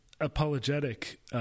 apologetic